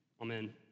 Amen